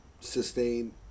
sustain